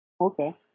Okay